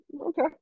okay